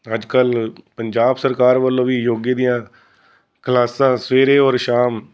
ਅੱਜਕੱਲ੍ਹ ਪੰਜਾਬ ਸਰਕਾਰ ਵੱਲੋਂ ਵੀ ਯੋਗੇ ਦੀਆਂ ਕਲਾਸਾਂ ਸਵੇਰੇ ਔਰ ਸ਼ਾਮ